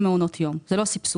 למעונות יום, זה לא סבסוד.